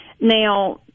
Now